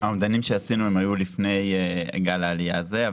האומדנים שעשינו היו לפני גל העלייה הזה.